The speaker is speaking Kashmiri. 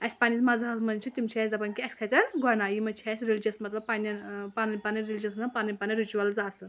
اَسہِ پَنٕنِس مزہبَس مںٛز چھُ تِم چھِ اَسہِ دَپان اَسہِ کھژھن گۄنہ یِمن چھِ اَسہِ ریلِجس مطلب پَنٕنۍ پَنٕنۍ ریلجس پَنٕنۍ پَنٕنۍ رِچوَلز آسان